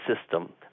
system